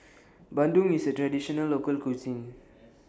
Bandung IS A Traditional Local Cuisine